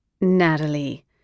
Natalie